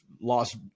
lost